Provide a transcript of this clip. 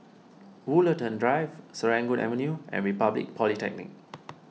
Woollerton Drive Serangoon Avenue and Republic Polytechnic